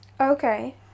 Okay